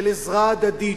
של עזרה הדדית,